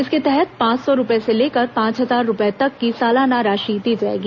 इसके तहत पांच सौ रूपये से लेकर पांच हजार रूपये तक की सालाना राशि दी जाएगी